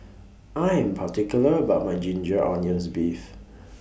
I Am particular about My Ginger Onions Beef